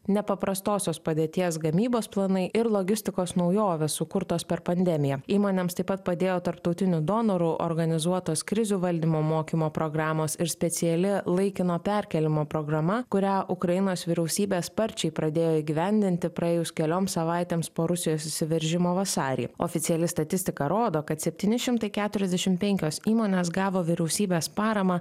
nepaprastosios padėties gamybos planai ir logistikos naujovės sukurtos per pandemiją įmonėms taip pat padėjo tarptautinių donorų organizuotos krizių valdymo mokymo programos ir speciali laikino perkėlimo programa kurią ukrainos vyriausybė sparčiai pradėjo įgyvendinti praėjus keliom savaitėms po rusijos įsiveržimo vasarį oficiali statistika rodo kad septyni šimtai keturiasdešim penkios įmonės gavo vyriausybės paramą